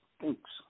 thanks